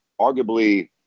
arguably